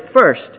first